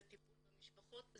זה טיפול במשפחות,